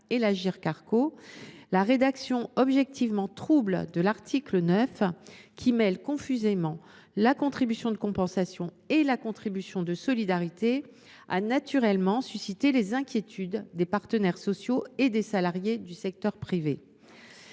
et l’Agirc Arrco, la rédaction objectivement trouble de l’article 9, qui mêle confusément contribution de compensation et contribution de solidarité, a naturellement suscité les inquiétudes des partenaires sociaux et des salariés du secteur privé.